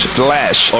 slash